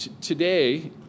today